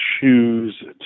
choose